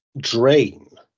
drain